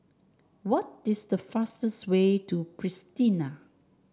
what this the fastest way to Pristina